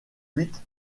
cuite